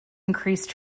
increased